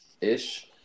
Ish